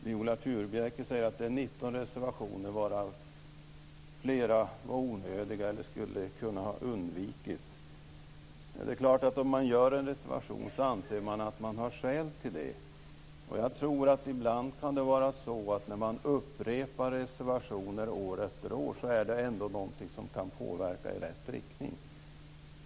Viola Furubjelke säger att det var 19 reservationer varav flera var onödiga eller skulle ha kunnat undvikas. Det är klart att om man gör en reservation anser man att man har skäl till det. Jag tror att ibland kan det vara så att när man upprepar reservationer år efter år så är det ändå någonting som kan påverka i rätt riktning.